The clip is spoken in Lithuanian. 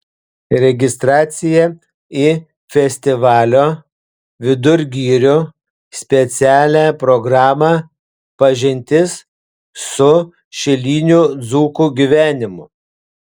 registracija į festivalio vidur girių specialią programą pažintis su šilinių dzūkų gyvenimu